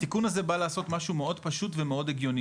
התיקון הזה בא לעשות משהו מאוד פשוט ומאוד הגיוני